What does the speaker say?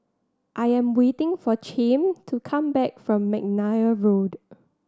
I am waiting for Chaim to come back from McNair Road